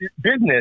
business